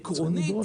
עקרונית,